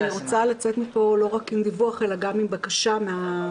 אני רוצה לצאת מפה לא רק עם דיווח אלא גם עם בקשה מהוועדה.